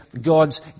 God's